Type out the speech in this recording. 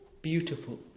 beautiful